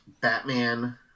batman